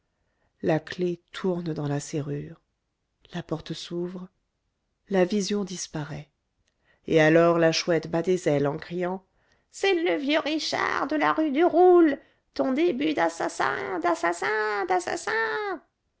la clef tourne dans la serrure la porte s'ouvre la vision disparaît et alors la chouette bat des ailes en criant c'est le vieux richard de la rue du roule ton début d'assassin d'assassin d'assassin